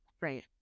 Right